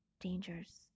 dangers